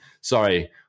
sorry